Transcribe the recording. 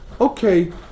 okay